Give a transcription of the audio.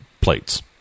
plates